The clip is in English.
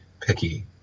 picky